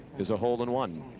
is a hole-on one.